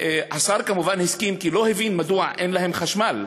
השר, כמובן, הסכים, כי לא הבין מדוע אין להם חשמל.